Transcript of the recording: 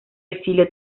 exilio